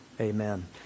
Amen